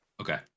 okay